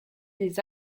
des